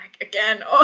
again